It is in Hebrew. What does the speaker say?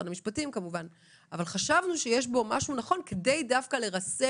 המשפטים כמובן אבל חשבנו שיש בו משהו נכון כדי לרסן